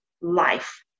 Life